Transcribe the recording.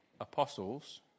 apostles